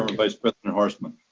vice president horstman.